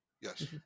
Yes